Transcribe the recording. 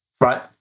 right